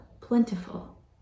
plentiful